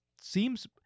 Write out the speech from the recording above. seems—